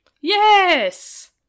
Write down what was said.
Yes